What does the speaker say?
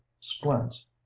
splints